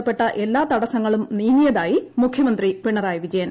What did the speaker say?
ബന്ധപ്പെട്ട എല്ലാ തടസ്സങ്ങളും നീങ്ങിയതായി മുഖ്യമന്ത്രി പിണറായിവിജയൻ